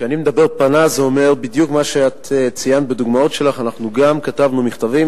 "פנה" זה אומר בדיוק מה שאת ציינת בדוגמאות שלך: אנחנו גם כתבנו מכתבים,